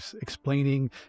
explaining